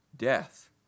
Death